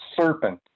serpent